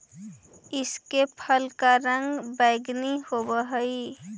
इसके फल का रंग बैंगनी होवअ हई